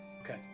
Okay